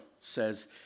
says